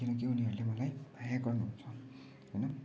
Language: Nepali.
किनकि उनीहरूले मलाई माया गर्नुहुन्छ होइन